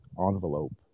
envelope